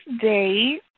date